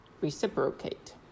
Reciprocate